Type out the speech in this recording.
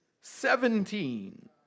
seventeen